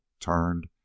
turned